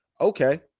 Okay